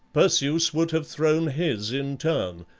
perseus would have thrown his in turn,